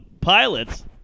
pilots